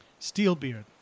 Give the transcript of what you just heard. Steelbeard